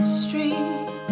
street